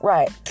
Right